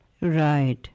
Right